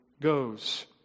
goes